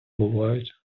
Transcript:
бувають